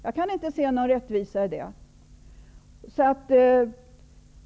Jag kan inte se någon rättvisa i det.